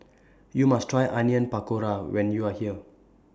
YOU must Try Onion Pakora when YOU Are here